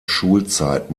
schulzeit